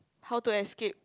how to escape